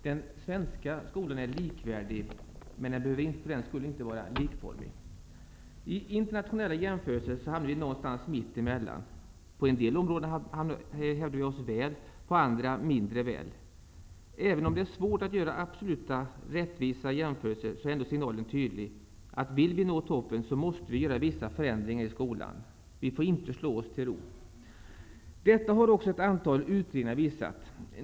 Den svenska skolan är likvärdig, men den behöver för den skull inte vara likformig. I internationella jämförelser så hamnar vi någonstans mitt emellan. På en del områden hävdar vi oss väl, på andra mindre väl. Även om det är svårt att göra absolut rättvisa jämförelser så är ändå signalen tydlig: Vill vi nå toppen så måste vi göra vissa förändringar i skolan. Vi får inte slå oss till ro. Detta har också ett antal utredningar visat.